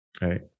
right